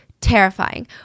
Terrifying